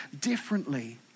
differently